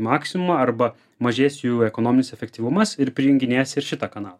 maksimumą arba mažės jų ekonominis efektyvumas ir prijunginės ir šitą kanalą